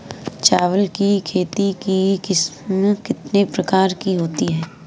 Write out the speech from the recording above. चावल की खेती की किस्में कितने प्रकार की होती हैं?